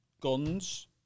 guns